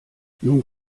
nun